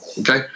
okay